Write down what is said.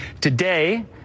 today